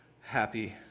happy